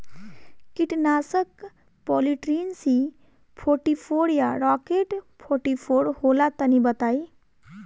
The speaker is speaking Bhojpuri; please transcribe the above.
कीटनाशक पॉलीट्रिन सी फोर्टीफ़ोर या राकेट फोर्टीफोर होला तनि बताई?